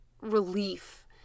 relief